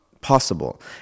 possible